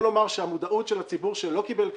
בוא נאמר שהמודעות של הציבור שלא קיבל כסף,